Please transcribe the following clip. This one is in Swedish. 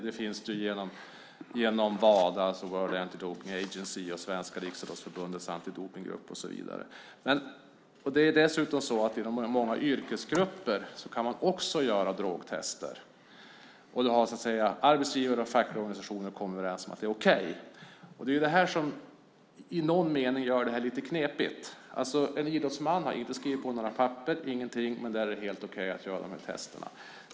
Det finns genom Wada, World Anti-Doping Agency, Riksidrottsförbundets antidopningsgrupp och så vidare. Det är dessutom så att man inom många yrkesgrupper kan göra drogtester. Arbetsgivare och fackliga organisationer har så att säga kommit överens om att det är okej. Det är det som i någon mening gör det här lite knepigt. En idrottsman har inte skrivit på några papper, ingenting, men där är det helt okej att göra de här testerna.